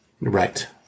right